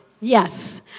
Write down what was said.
Yes